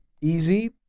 easy